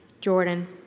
Jordan